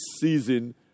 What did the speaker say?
season